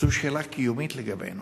זו שאלה קיומית לגבינו.